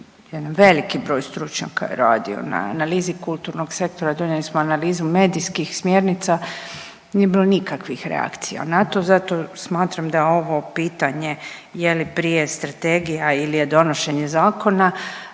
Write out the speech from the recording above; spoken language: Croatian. veliki broj stručnjaka je radio na analizi kulturnog sektora, donijeli smo analizu medijskih smjernica, nije bilo nikakvih reakcija na to, zato smatram da ovo pitanje je li prije strategija ili je donošenje zakona